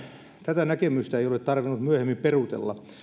tätä näkemystä ei ole tarvinnut myöhemmin peruutella